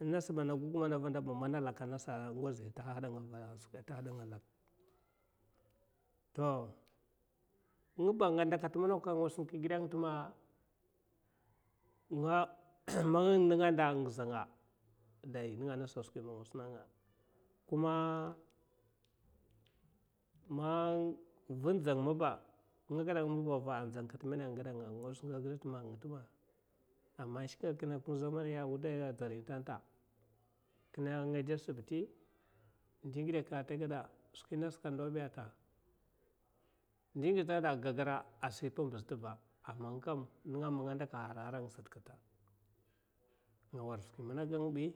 in nasba ana vannda ana gugumeba mana laka nasa a ngoziya ata halta nga skwi ta halla nga sunkad giddai a, a nga tina nga man nga nda a ngizanga dai skwi in nasa ma nga sima nga kuma man va in dzang kata mena a nga guda nga, ngaza sunka sunka kata ngitima a man in shikina mmanakin wudai dzaari in tata kina ngade a shibiti ndi in ngida kukka taguda skwi in nas a kandobi a taguda gagar a sipambiz tivra a man ngakam nga nda kada harhara a nga sata nga warda askwi man a gangbi.